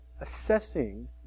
assessing